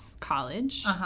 College